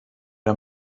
der